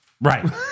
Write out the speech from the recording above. Right